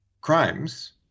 crimes